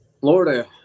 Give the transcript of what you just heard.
Florida